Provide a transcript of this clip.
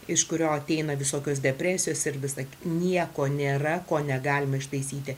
iš kurio ateina visokios depresijos ir visa nieko nėra ko negalima ištaisyti